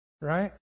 right